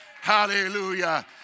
Hallelujah